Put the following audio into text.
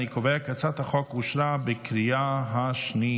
אני קובע כי הצעת החוק אושרה בקריאה השנייה.